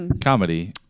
Comedy